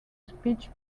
speech